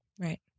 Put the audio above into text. Right